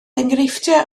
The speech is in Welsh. enghreifftiau